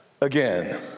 again